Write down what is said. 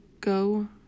go